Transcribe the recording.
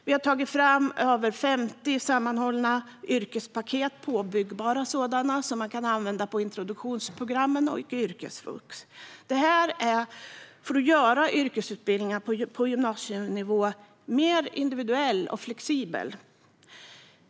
Vi har tagit fram över 50 sammanhållna påbyggbara yrkespaket, som kan användas på introduktionsprogrammen och i yrkesvux. Detta syftar till att göra yrkesutbildningen på gymnasienivå mer individuell och flexibel.